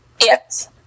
Yes